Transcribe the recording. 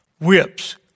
whips